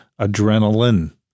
adrenaline